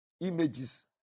images